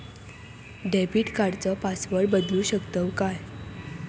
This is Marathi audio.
डेबिट कार्डचो पासवर्ड बदलु शकतव काय?